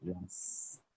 Yes